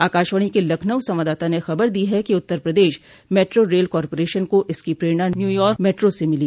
आकाशवाणी के लखनऊ संवाददाता ने खबर दी है कि Uttar Pradesh metro rail corporation को इसकी प्रेरणा न्यूयॉर्क मेट्रो स मिली